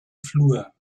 flur